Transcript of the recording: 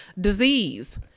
disease